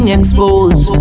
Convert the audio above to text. exposed